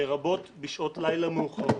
לרבות בשעות לילה מאוחרות.